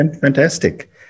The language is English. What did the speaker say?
Fantastic